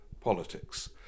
politics